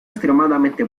extremadamente